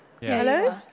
Hello